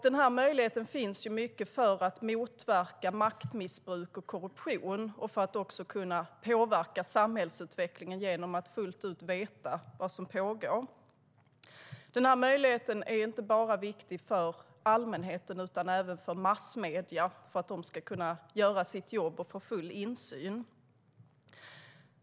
Denna möjlighet finns för att maktmissbruk och korruption ska motverkas och för att man ska kunna påverka samhällsutvecklingen genom att fullt ut veta vad som pågår. Denna möjlighet är viktig inte bara för allmänheten utan även för massmedierna för att de ska kunna göra sitt jobb och få full insyn.